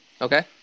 Okay